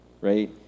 right